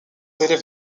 élèves